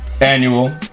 annual